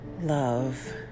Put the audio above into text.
love